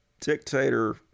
dictator